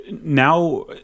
now